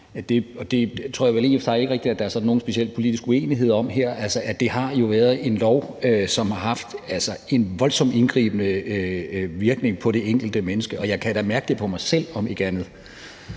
og for sig ikke at der rigtig er nogen speciel politisk uenighed om her – at det jo har været en lov, som har haft en voldsomt indgribende virkning på det enkelte menneske, og jeg kan da mærke det på mig selv om ikke andet.